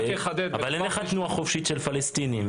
אבל אין לך תנועה חופשית של פלסטינים.